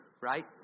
right